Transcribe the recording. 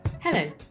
Hello